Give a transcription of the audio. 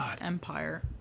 empire